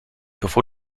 bevor